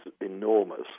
enormous